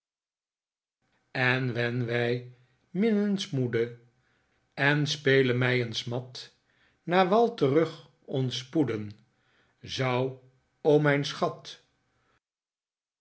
en wen wij minnensmoede en spelemeyensmat naar wal terug ons spoedden zou o mijn schat